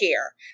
care